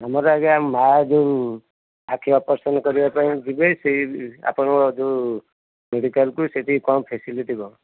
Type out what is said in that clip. ଆମର ଆଜ୍ଞା ମାଆ ଯେଉଁ ଆଖି ଅପରେସନ୍ କରିବା ପାଇଁ ଯିବେ ସେହି ଆପଣଙ୍କ ଯେଉଁ ମେଡ଼ିକାଲ୍କୁ ସେଠି କ'ଣ ଫ୍ୟାସିଲିଟି କ'ଣ